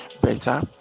better